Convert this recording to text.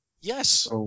Yes